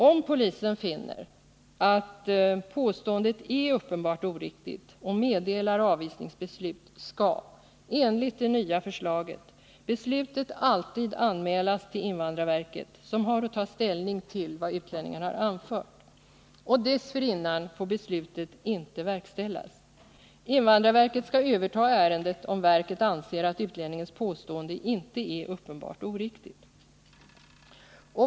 Om polisen finner att påståendet är uppenbart oriktigt och meddelar avvisningsbeslut, skall — enligt det nya förslaget — beslutet alltid anmälas till invandrarverket, som har att ta ställning till vad utlänningen har anfört. Dessförinnan får beslutet inte verkställas. Invandrarverket skall överta ärendet, om verket anser att utlänningens påstående inte är uppenbart oriktigt.